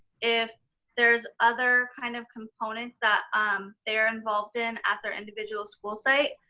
if there's other kind of components that um they're involved in at their individual school site,